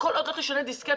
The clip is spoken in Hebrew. כל עוד לא תשנה דיסקט,